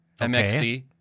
MXC